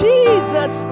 Jesus